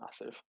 massive